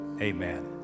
Amen